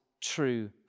true